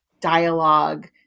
dialogue